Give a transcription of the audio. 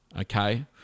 okay